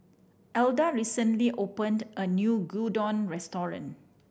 Alda recently opened a new Gyudon Restaurant